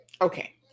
okay